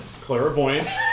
Clairvoyance